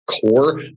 core